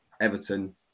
Everton